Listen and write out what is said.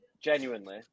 genuinely